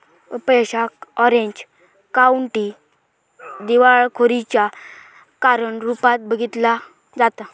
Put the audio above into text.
अपयशाक Orange County दिवाळखोरीच्या कारण रूपात बघितला जाता